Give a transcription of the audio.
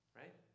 right